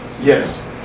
Yes